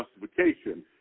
justification